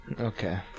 Okay